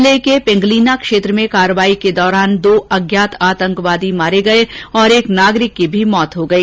जिले के पिंगलीना क्षेत्र में कार्रवाई के दौरान दो अज्ञात आतंकवादी मारे गए और एक नागरिक की भी मौत हो गई